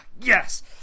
yes